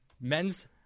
Men's